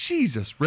Jesus